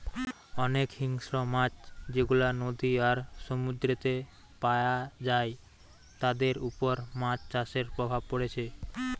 অনেক হিংস্র মাছ যেগুলা নদী আর সমুদ্রেতে পায়া যায় তাদের উপর মাছ চাষের প্রভাব পড়ছে